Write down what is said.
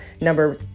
number